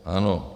Ano.